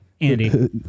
Andy